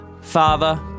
father